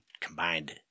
combined